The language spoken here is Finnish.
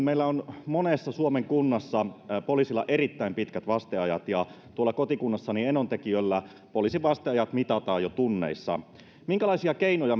meillä on monessa suomen kunnassa poliisilla erittäin pitkät vasteajat ja kotikunnassani enontekiöllä poliisin vasteajat mitataan jo tunneissa ministeriltä olisin kysynyt minkälaisia keinoja